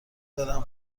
برم